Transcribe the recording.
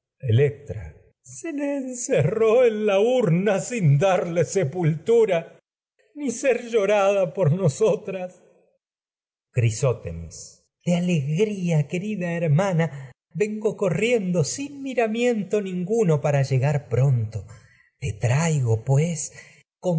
electra se le encerró en la urna sin darle sepul tura ni ser llorado por nosotras querida hermana vengo crisótemis de corriendo te alegría sin miramiento ninguno para llegar pronto traigo pues